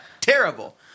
Terrible